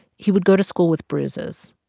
he would go to school with bruises.